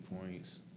points